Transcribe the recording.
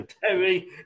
Terry